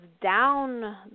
down